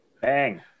Bang